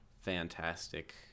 fantastic